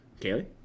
Kaylee